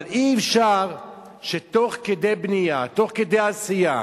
אבל אי-אפשר שתוך כדי בנייה, תוך כדי עשייה,